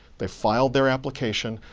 they filed their application.